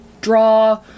draw